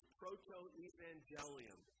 proto-evangelium